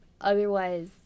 Otherwise